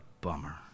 bummer